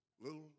little